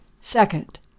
Second